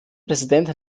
präsident